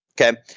Okay